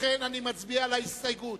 לכן, אני מצביע על ההסתייגות.